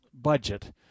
budget